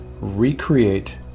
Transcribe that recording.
recreate